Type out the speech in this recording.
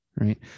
right